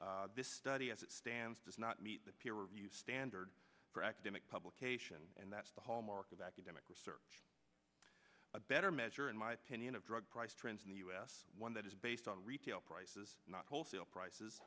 this study as it stands does not meet the peer review standard for academic publication and that's the hallmark of academic research a better measure in my opinion of drug price trends in the us one that is based on retail prices not wholesale prices